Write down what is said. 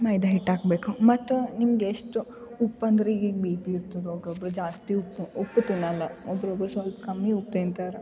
ಮೈದಾಹಿಟ್ಟು ಹಾಕಬೇಕು ಮತ್ತು ನಿಮ್ಗೆ ಎಷ್ಟು ಉಪ್ಪು ಅಂದ್ರೆ ಈಗೀಗ ಬಿ ಪಿ ಇರ್ತದೆ ಒಬ್ಬೊಬ್ರ್ ಜಾಸ್ತಿ ಉಪ್ಪು ಉಪ್ಪು ತಿನ್ನೊಲ್ಲ ಒಬ್ರೊಬ್ರು ಸ್ವಲ್ಪ್ ಕಮ್ಮಿ ಉಪ್ಪು ತಿಂತಾರೆ